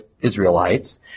Israelites